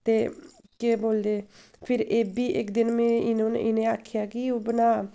ते केह् बोलदे फिर इ'ब्बी इक दिन में इन्होंने इ'नें आखेआ कि ओह् बनाऽ